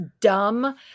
dumb